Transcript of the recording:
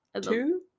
Two